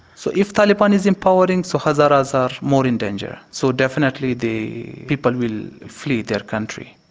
so if taliban is empowering, so hazaras are more in danger, so definitely the people will flee their country.